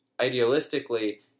idealistically